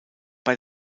bei